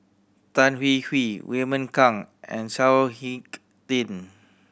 Tan Hwee Hwee Raymond Kang and Chao Hick Tin